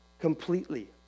Completely